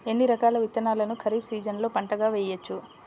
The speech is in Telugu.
ఎన్ని రకాల విత్తనాలను ఖరీఫ్ సీజన్లో పంటగా వేయచ్చు?